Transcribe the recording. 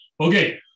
Okay